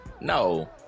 no